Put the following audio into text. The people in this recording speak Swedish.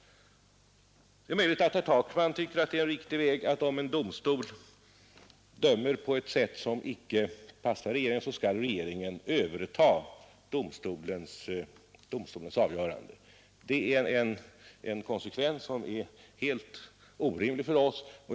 Det är möjligt att herr Takman tycker att om en domstol dömer på ett sätt som inte passar regeringen, bör regeringen överta domstolens avgörande. Detta är dock en konsekvens som är helt orimlig för oss.